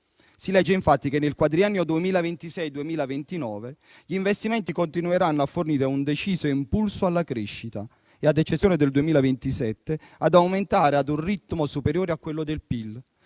Si legge infatti che, nel quadriennio 2026-2029, gli investimenti continueranno a fornire un deciso impulso alla crescita e, ad eccezione del 2027, ad aumentare ad un ritmo superiore a quello del PIL,